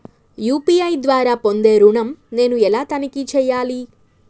UPI ద్వారా పొందే ఋణం నేను ఎలా తనిఖీ చేయాలి?